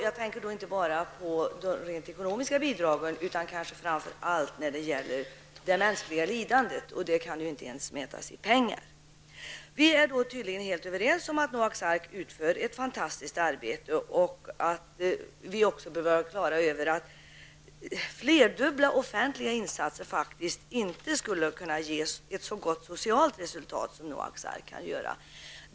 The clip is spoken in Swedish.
Jag tänker då inte bara på de rent ekonomiska bidragen utan kanske framför allt på det mänskliga lidandet, som inte kan mätas i pengar. Vi är tydligen överens om att Noaks ark utför ett fantastiskt arbete liksom om att flerdubbla offentliga insatser inte skulle kunna ge ett så gott socialt resultat som det som Noaks ark kan uppnå.